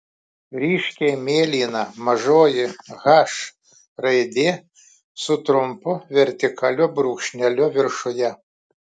ryškiai mėlyna mažoji h raidė su trumpu vertikaliu brūkšneliu viršuje